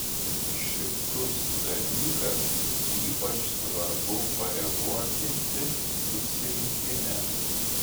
šitus dalykas ypač svarbu pareportinti susirinkime